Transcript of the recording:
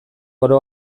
oro